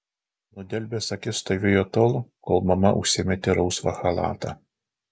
nudelbęs akis stovėjo tol kol mama užsimetė rausvą chalatą